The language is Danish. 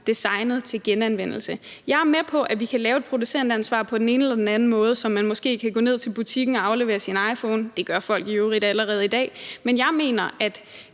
designet til genanvendelse. Jeg er med på, at vi kan lave et producentansvar på den ene eller den anden måde, så man måske kan gå ned til butikken og aflevere sin iPhone – det gør folk i øvrigt allerede i dag – men jeg mener, at